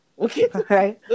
okay